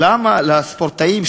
למה לספורטאים,